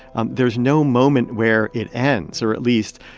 um there's no moment where it ends or at least,